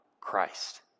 Christ